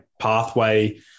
pathway